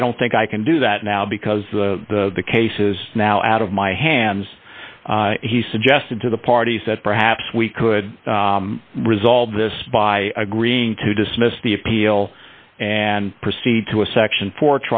i don't think i can do that now because the case is now out of my hands he suggested to the parties that perhaps we could resolve this by agreeing to dismiss the appeal and proceed to a section fo